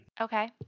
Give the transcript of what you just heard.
Okay